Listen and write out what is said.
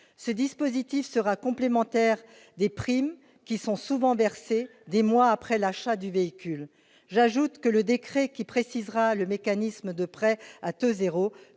Ce dispositif sera complémentaire des primes, qui sont souvent versées des mois après l'achat du véhicule. J'ajoute que le décret précisant le mécanisme de prêt à